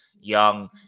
young